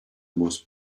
most